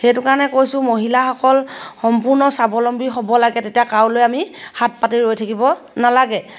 সেইটো কাৰণে কৈছোঁ মহিলাসকল সম্পূৰ্ণ স্বাৱলম্বী হ'ব লাগে তেতিয়া কাৰোলৈ আমি হাত পাতি ৰৈ থাকিব নালাগে